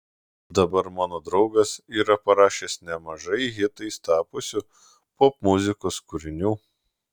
dabar mano draugas yra parašęs nemažai hitais tapusių popmuzikos kūrinių